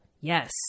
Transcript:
yes